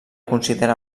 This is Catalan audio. considera